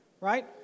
Right